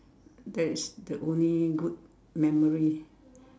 that is the only good memory